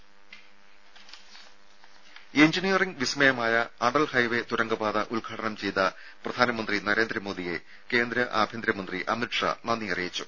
രുമ എഞ്ചിനീയറിംഗ് വിസ്മയമായ അടൽ ഹൈവേ തുരങ്കപാത ഉദ്ഘാടനം ചെയ്ത പ്രധാനമന്ത്രി നരേന്ദ്രമോദിയെ കേന്ദ്ര ആഭ്യന്തര മന്ത്രി അമിത് ഷാ നന്ദി അറിയിച്ചു